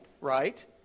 right